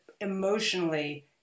emotionally